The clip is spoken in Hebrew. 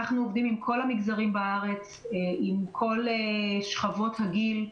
אנחנו עובדים עם כל המגזרים בארץ עם כל שכבות הגיל,